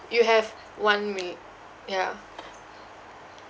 you have one mil~ yeah